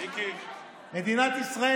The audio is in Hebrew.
מדינת ישראל